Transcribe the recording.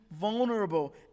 vulnerable